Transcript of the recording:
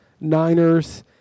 Niners